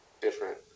different